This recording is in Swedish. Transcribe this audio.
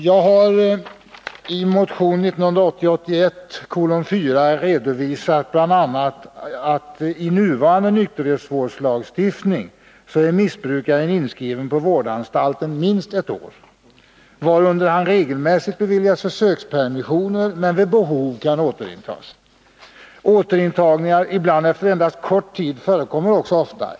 Jag har i motion 1981/82:4 redovisat bl.a. att enligt nuvarande nykterhetsvårdslagstiftning är missbrukaren inskriven på vårdanstalten minst ett år, varunder han regelmässigt beviljas försökspermissioner men vid behov kan återintas. Återintagning, ibland efter endast kort tid, förekommer också ofta.